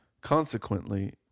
Consequently